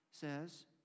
says